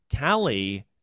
Callie